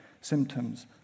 symptoms